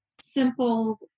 simple